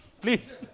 Please